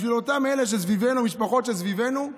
בשביל אותן משפחות שמסביבנו,